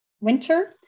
winter